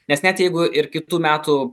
nes net jeigu ir kitų metų